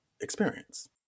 experience